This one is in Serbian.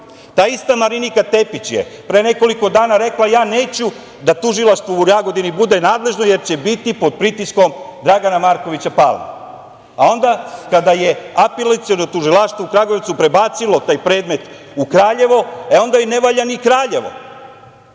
Ta ista Marinika Tepić je pre nekoliko dana rekla - neću da Tužilaštvo u Jagodini bude nadležno, jer će biti pod pritiskom Dragana Markovića Palme, a onda kada je Apelaciono tužilaštvo u Kragujevcu prebacilo taj predmet u Kraljevo, e onda joj ne valja ni Kraljevo,